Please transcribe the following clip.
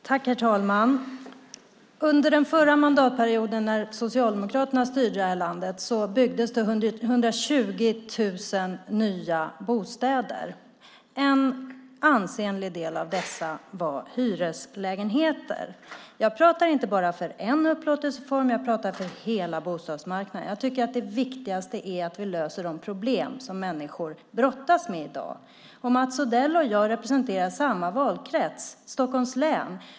Herr talman! Under den förra mandatperioden när Socialdemokraterna styrde det här landet byggdes det 120 000 nya bostäder. En ansenlig del av dem var hyreslägenheter. Jag talar inte bara för en upplåtelseform. Jag talar för hela bostadsmarknaden. Jag tycker att det viktigaste är att vi löser de problem som människor brottas med i dag. Mats Odell och jag representerar samma valkrets - Stockholms län.